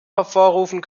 hervorrufen